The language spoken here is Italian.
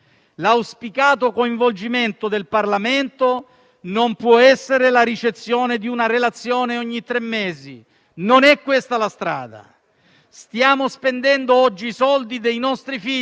Stiamo spendendo oggi i soldi dei nostri figli e dei nostri nipoti, proprio per lasciare loro un'organizzazione dello spazio pubblico più verde, più resiliente, più inclusiva e più giusta.